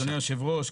אדוני היושב ראש,